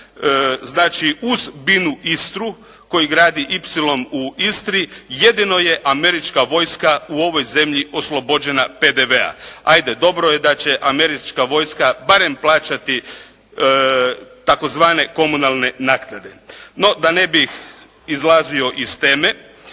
Znači uz binu Istru koji gradi ipsilon u Istri jedino je američka vojska u ovoj zemlji oslobođena PDV-a. Ajde dobro je da će američka vojska barem plaćati tzv. komunalne naknade. No, da ne bih izlazio iz teme,